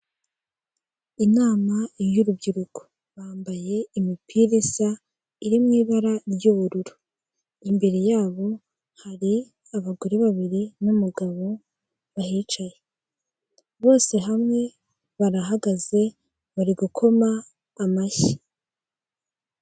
Inama y'urubyiruko bambaye imipira isa iri mu ibara ry'ubururu. Imbere yabo hari abagore babiri n'umugabo bahicaye bose hamwe barahagaze bari gukoma amashyi.